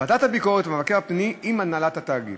ועדת הביקורת והמבקר הפנימי עם הנהלת התאגיד.